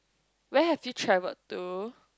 where have you travel to